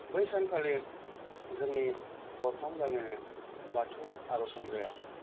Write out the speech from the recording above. बै सानखालि जोंनि बरफाम गामिनि बाथौ आर'ज हान्जाया